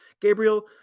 Gabriel